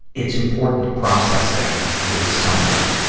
it's important to process them with someone.